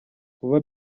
kuba